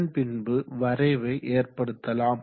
அதன்பின்பு வரவை ஏற்படுத்தலாம்